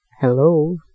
hello